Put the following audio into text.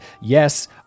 yes